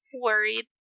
worried